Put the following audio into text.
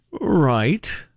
Right